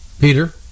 Peter